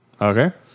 Okay